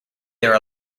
their